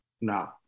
No